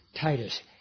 Titus